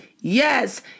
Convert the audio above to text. Yes